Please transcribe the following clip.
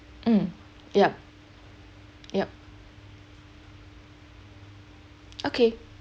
mm yup yup okay